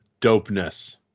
dopeness